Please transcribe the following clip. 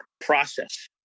process